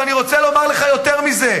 ואני רוצה לומר לך יותר מזה: